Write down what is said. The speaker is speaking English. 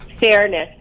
Fairness